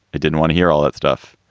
i didn't want to hear all that stuff,